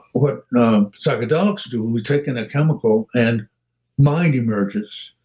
what psychedelics do, when we take in a chemical and mind emerges.